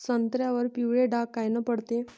संत्र्यावर पिवळे डाग कायनं पडते?